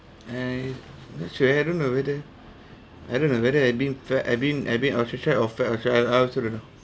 I actually I don't know whether I don't know rather I've been for I've been I also don't know